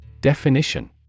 Definition